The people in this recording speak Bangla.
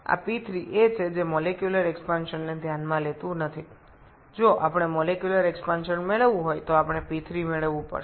আমরা যদি আণবিক বিস্তার পেতে চাই তবে আমাদের P3' পেতে হবে যা হল P3' P3nafternbefore এবং P3' আপনাকে দেওয়া আছে